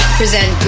present